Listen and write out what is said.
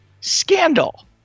Scandal